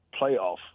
playoff